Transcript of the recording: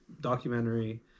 documentary